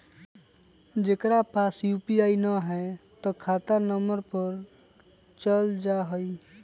जेकरा पास यू.पी.आई न है त खाता नं पर चल जाह ई?